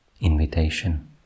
invitation